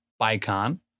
Bicon